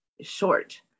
short